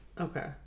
Okay